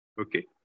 Okay